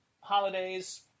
holidays